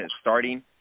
starting